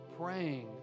praying